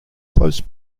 close